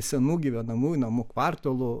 senų gyvenamųjų namų kvartalų